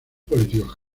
políticos